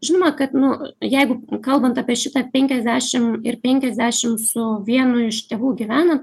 žinoma kad nu jeigu kalbant apie šitą penkiasdešim ir penkiasdešim su vienu iš tėvų gyvena